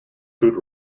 food